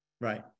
Right